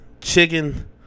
chicken